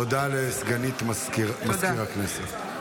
הודעה לסגנית מזכיר הכנסת.